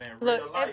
Look